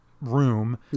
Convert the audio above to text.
room